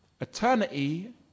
Eternity